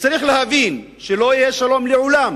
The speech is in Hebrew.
צריך להבין שלא יהיה שלום לעולם